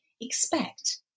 expect